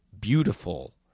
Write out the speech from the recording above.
beautiful